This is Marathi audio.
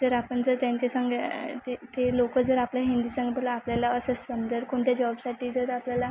जर आपण जर त्यांचे संगे ते ते लोकं जर आपल्या हिंदी संग बोल आपल्याला असंच समजा कोणत्या जॉबसाठी जर आपल्याला